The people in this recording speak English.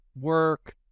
work